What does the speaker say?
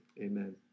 Amen